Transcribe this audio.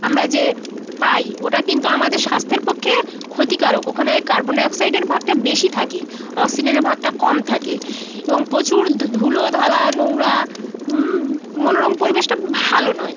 আমরা যে পাই ওটা কিন্তু আমাদের স্বাস্থ্যের পক্ষে ক্ষতিকারক ওখানে কার্বন ডাই অক্সাইডের ভাগটা বেশি থাকে অক্সিনেনের ভাগটা কম থাকে এবং প্রচুর ধুলো ধালা নোংরা মনোরম পরিবেশটা ভালো নয়